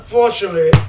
Unfortunately